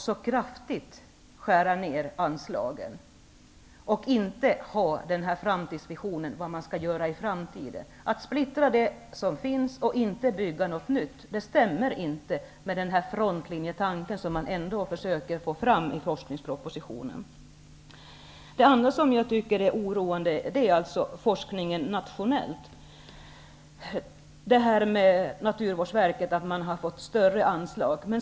Att kraftigt skära ned anslagen och inte ha denna framtidsvision, att det som finns splittras och att inte bygga något nytt, stämmer inte med den frontlinjetanke som man ändå försöker framhäva i forskningspropositionen. Vidare oroas jag över den nationella forskningen. Naturvårdsverket har visserligen fått större anslag.